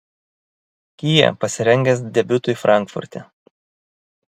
kia pasirengęs debiutui frankfurte